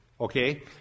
Okay